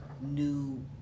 new